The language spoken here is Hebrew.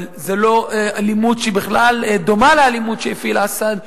אבל זה לא אלימות שהיא בכלל דומה לאלימות שהפעיל אסד,